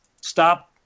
stop